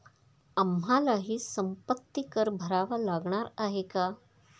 आम्हालाही संपत्ती कर भरावा लागणार आहे का?